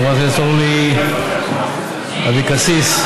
חברת הכנסת אורלי לוי אבקסיס,